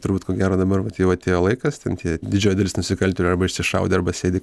turbūt ko gero dabar vat jau atėjo laikas ten tie didžioji dalis nusikaltėlių arba išsišaudė arba sėdi